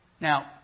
Now